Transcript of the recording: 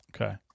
Okay